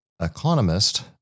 economist